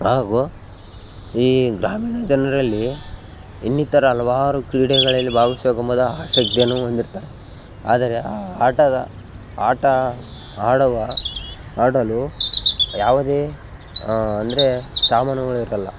ಹಾಗು ಈ ಗ್ರಾಮೀಣ ಜನರಲ್ಲಿ ಇನ್ನಿತರ ಹಲ್ವಾರು ಕ್ರೀಡೆಗಳಲ್ಲಿ ಭಾಗವಹಿಸುವ ಗುಂಬದ ಆಸಕ್ತಿಯನ್ನು ಹೊಂದಿರ್ತಾರೆ ಆದರೆ ಆಟದ ಆಟ ಆಡುವ ಆಡಲು ಯಾವುದೇ ಅಂದರೆ ಸಾಮಾನುಗಳು ಇರೋಲ್ಲ